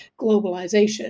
globalization